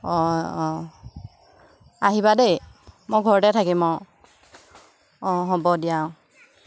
অঁ অঁ অঁ আহিবা দেই মই ঘৰতে থাকিম অঁ অঁ হ'ব দিয়া অঁ